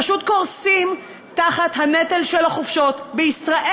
פשוט קורסים תחת הנטל של החופשות בישראל.